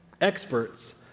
experts